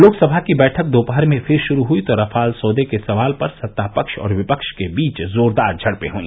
लोकसभा की बैठक दोपहर में फिर शुरू हुई तो रफाल सौदे के सवाल पर सत्ता पक्ष और विफक्ष के बीच जोरदार झड़पें हुई